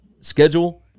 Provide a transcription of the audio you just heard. schedule